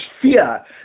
fear